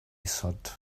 isod